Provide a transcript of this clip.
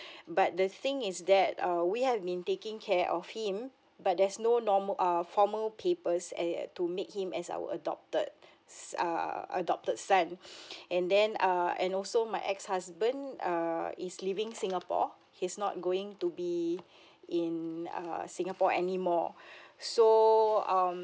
but the thing is that err we have been taking care of him but there's no normal err formal papers eh to make him as our adopted s~ err adopted son and then err and also my ex husband err is leaving singapore he's not going to be in err singapore anymore so um